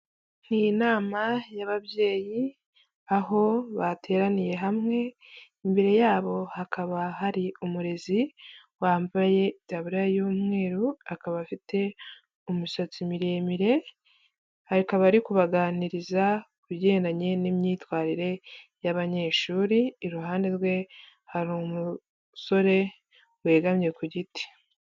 Ni inama y'ababyeyi aho bateraniye hamwe, imbere yabo hakaba hari umurezi wambaye itaburiya y'umweru, akaba afite umusatsi miremire, akaba ari kubaganiriza kugendanye n'imyitwarire y'abanyeshuri, iruhande rwe hari umusore wegamye ku giti.